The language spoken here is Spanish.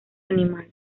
animal